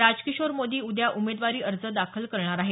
राजकिशोर मोदी उद्या उमेदवारी अर्ज दाखल करणार आहेत